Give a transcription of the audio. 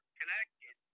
connected